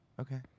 Okay